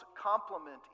complement